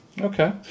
Okay